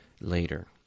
later